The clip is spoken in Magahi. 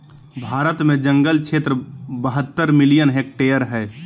भारत में जंगल क्षेत्र बहत्तर मिलियन हेक्टेयर हइ